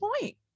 point